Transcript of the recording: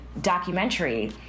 documentary